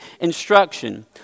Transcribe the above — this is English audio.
instruction